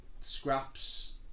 scraps